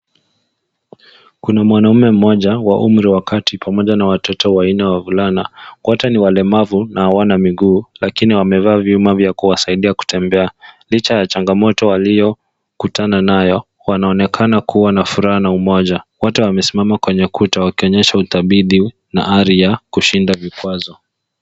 Kuna mwanamme mmoja wa umri wa kati pamoja na watoto wanne wavulana . Wote ni walemavu na hawana miguu lakini wamevaa vyuma vya kuwasaidia kutembea. Licha ya changamoto waliokutana nayo wanaonekana kuwa na furaha na umoja. Wote wamesimsms kwenye ukuta kuonyesha utabidi na ari ya kushinda vikwazo.